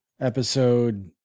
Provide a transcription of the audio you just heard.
Episode